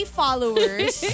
followers